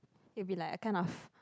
it'll be like kind of